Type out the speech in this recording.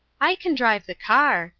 i can drive the car,